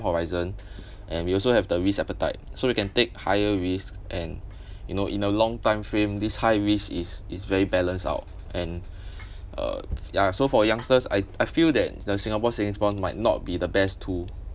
horizon and we also have the risk appetite so you can take higher risk and you know in a long time frame this high risk is is very balance out and uh ya so for youngsters I I feel that the singapore savings bond might not be the best to